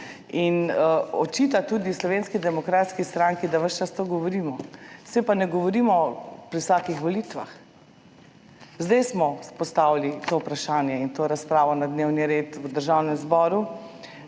In očita tudi Slovenski demokratski stranki, da ves čas to govorimo. Saj pa ne govorimo pri vsakih volitvah. Zdaj smo postavili to vprašanje in to razpravo na dnevni red v Državnem zboru.